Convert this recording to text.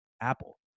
Apple